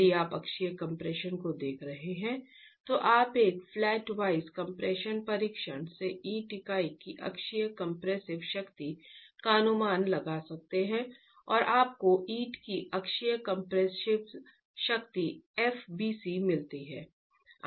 यदि आप अक्षीय कम्प्रेशन को देख रहे हैं तो आप एक फ्लैट वाइज कम्प्रेशन परीक्षण से ईंट इकाई की अक्षीय कंप्रेसिव शक्ति का अनुमान लगा सकते हैं और आपको ईंट की अक्षीय कंप्रेसिव शक्ति f bc मिलती है